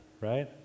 right